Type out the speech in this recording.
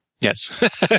Yes